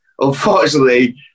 unfortunately